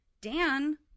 Dan